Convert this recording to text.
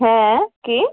হ্যাঁ কে